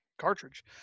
cartridge